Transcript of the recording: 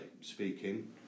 speaking